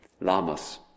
Lamas